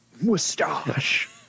Mustache